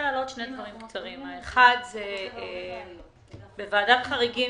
בוועדת חריגים